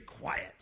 quiet